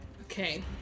Okay